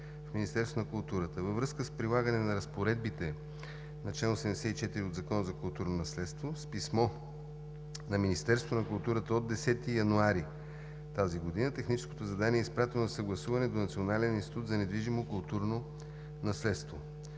в Министерството на културата. Във връзка с прилагане на разпоредбите на чл. 84 от Закона за културното наследство, с писмо на Министерството на културата от 10 януари 2018 г. техническото задание е изпратено за съгласуване до Националния институт за недвижимо културно наследство.